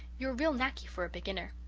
you are real knacky for a beginner.